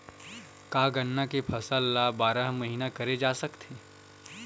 का गन्ना के फसल ल बारह महीन करे जा सकथे?